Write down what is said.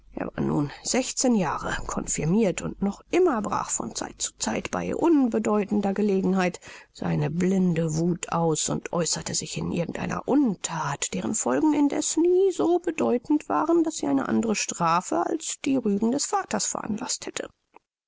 nun sechzehn jahre konfirmiert und noch immer brach von zeit zu zeit bei unbedeutender gelegenheit seine blinde wuth aus und äußerte sich in irgend einer unthat deren folgen indeß nie so bedeutend waren daß sie eine andere strafe als die rügen des vaters veranlaßt hätte